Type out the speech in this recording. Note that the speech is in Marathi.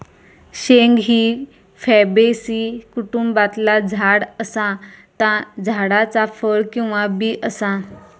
शेंग ही फॅबेसी कुटुंबातला झाड असा ता झाडाचा फळ किंवा बी असा